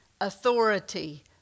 authority